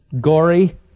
gory